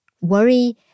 worry